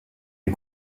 est